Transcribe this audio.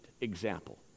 example